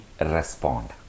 respond